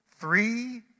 three